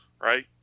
right